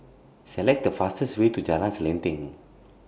Select The fastest Way to Jalan Selanting